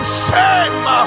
shame